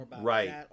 Right